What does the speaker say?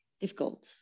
difficult